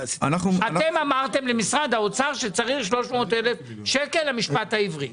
אתם אמרתם למשרד האוצר שצריך 300 אלף שקלים למשפט העברי.